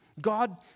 God